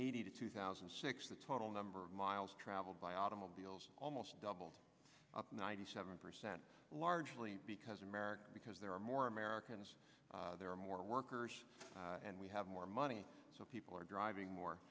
eighty to two thousand and six the total number of miles traveled by automobiles almost doubled up ninety seven percent largely because america because there are more americans there are more workers and we have more money so people are driving